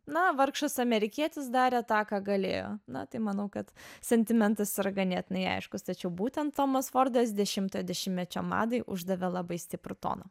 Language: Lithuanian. na vargšas amerikietis darė tą ką galėjo na tai manau kad sentimentas yra ganėtinai aiškus tačiau būtent tomas fordas dešimtojo dešimtmečio madai uždavė labai stiprų toną